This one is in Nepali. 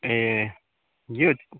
ए